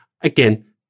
Again